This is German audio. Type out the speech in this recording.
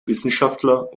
wissenschaftler